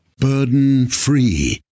Burden-free